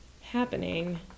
happening